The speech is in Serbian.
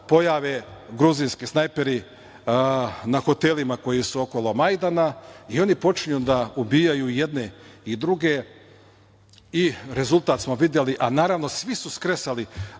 pojave gruzijski snajperi na hotelima koji su okolo Majdana i oni počinju da ubijaju i jedne i druge. Rezultat smo videli. Naravno, svi su skresali,